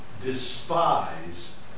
despise